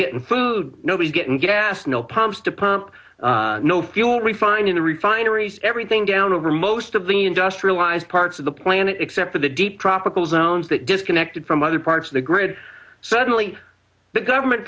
getting food nobody getting gas no pumps to pump no fuel refining the refineries everything down over most of the industrialized parts of the planet except for the deep tropical zones that disconnected from other parts of the grid suddenly the government